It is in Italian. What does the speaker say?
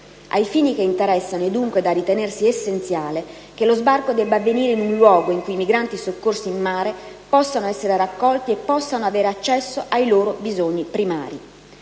Ai fini che interessano è dunque da ritenersi essenziale che lo sbarco debba avvenire in un luogo in cui i migranti soccorsi in mare possano essere raccolti e possano avere accesso ai loro bisogni primari.